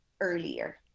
earlier